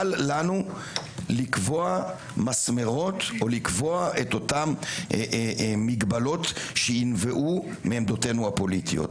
לקבוע מסמרות או לקבוע את אותן מגבלות שינבעו מעמדותינו הפוליטיות.